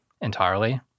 entirely